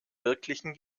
wirklichen